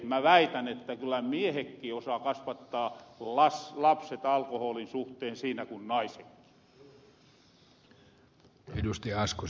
mä väitän että kyllä miehekki osaa kasvattaa lapset alkoholin suhteen siinä kun naisekki